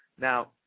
Now